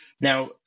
Now